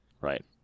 Right